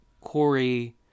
Corey